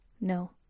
No